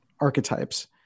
archetypes